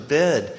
bed